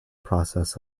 process